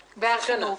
והחינוך.